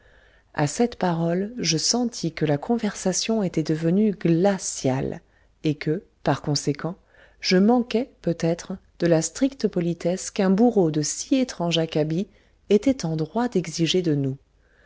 à cette parole je sentis que la conversation était devenue glaciale et que par conséquent je manquais peut-être de la stricte politesse qu'un bourreau de si étrange acabit était en droit d'exiger de nous